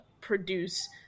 produce